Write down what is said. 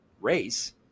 race